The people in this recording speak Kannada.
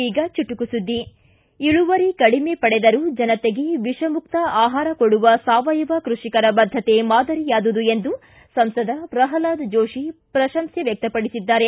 ಈಗ ಚುಟುಕು ಸುದ್ದಿ ಇಳುವರಿ ಕಡಿಮೆ ಪಡೆದರೂ ಜನತೆಗೆ ವಿಷಮುಕ್ತ ಆಹಾರ ಕೊಡುವ ಸಾವಯವ ಕೃಷಿಕರ ಬದ್ಧತೆ ಮಾದರಿಯಾದುದು ಎಂದು ಸಂಸದ ಪ್ರಹ್ಲಾದ ಜೋತಿ ಪ್ರಶಂಸೆ ವ್ಯಕ್ತಪಡಿಸಿದ್ದಾರೆ